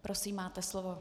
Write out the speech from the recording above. Prosím, máte slovo.